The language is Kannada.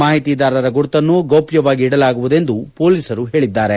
ಮಾಹಿತಿದಾರರ ಗುರುತನ್ನು ಗೌಪ್ಲವಾಗಿ ಇಡಲಾಗುವುದೆಂದು ಹೊಲೀಸರು ಹೇಳಿದ್ದಾರೆ